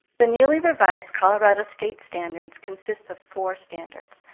the newly revised colorado state standards consists of four standards.